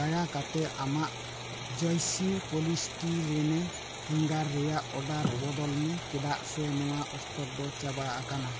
ᱫᱟᱭᱟ ᱠᱟᱛᱮ ᱟᱢᱟᱜ ᱡᱚᱭᱥᱤ ᱯᱚᱞᱤᱥᱴᱤᱨᱮᱱᱮ ᱦᱮᱝᱜᱟᱨ ᱨᱮᱭᱟᱜ ᱳᱰᱟᱨ ᱵᱚᱫᱚᱞᱢᱮ ᱪᱮᱫᱟᱜ ᱥᱮ ᱱᱚᱣᱟ ᱥᱴᱚᱠ ᱫᱚ ᱪᱟᱵᱟ ᱟᱠᱟᱱᱟ